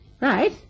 Right